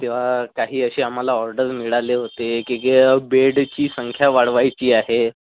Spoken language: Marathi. तेव्हा काही असे आम्हाला ऑर्डर मिळाले होते की गे बेडची संख्या वाढवायची आहे